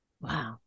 Wow